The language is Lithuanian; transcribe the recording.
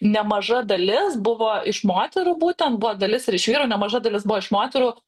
nemaža dalis buvo iš moterų būtent buvo dalis ir iš vyrų maža dalis buvo iš moterų